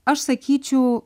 aš sakyčiau